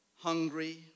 hungry